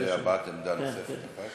יש הבעת עמדה נוספת.